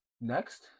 next